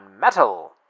metal